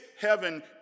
heaven